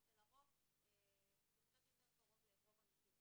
אלא רוב שהוא קצת יותר קרוב לרוב אמיתי,